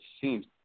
seems